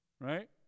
right